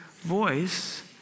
voice